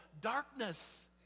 darkness